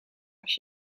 als